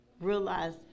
realize